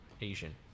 Asian